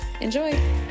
Enjoy